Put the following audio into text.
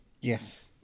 Yes